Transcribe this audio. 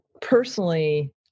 personally